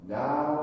now